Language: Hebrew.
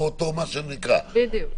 בדיוק.